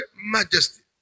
majesty